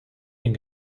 den